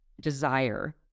desire